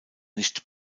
nicht